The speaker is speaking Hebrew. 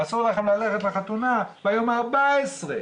אסור להם ללכת לחתונה ביום ה-14.